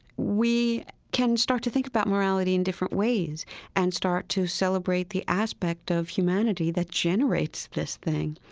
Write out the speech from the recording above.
we can start to think about morality in different ways and start to celebrate the aspect of humanity that generates this thing.